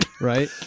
right